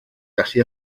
gallu